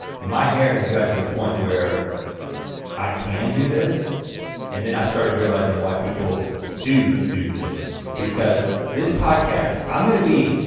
my hair has gotten to the point where i can do this and then i started realizing why people do do this. because this podcast, i'm gonna be,